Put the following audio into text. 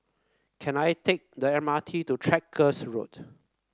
can I take the M R T to Tractor Road